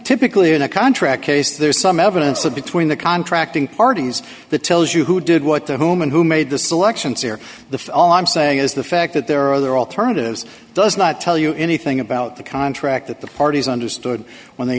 typically in a contract case there's some evidence of between the contracting parties that tells you who did what to whom and who made the selections here the all i'm saying is the fact that there are other alternatives does not tell you anything about the contract that the parties understood when they